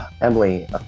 Emily